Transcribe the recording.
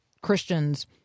Christians